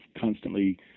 constantly